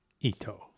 Ito